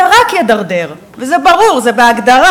זה רק ידרדר, וזה ברור, זה בהגדרה.